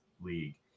League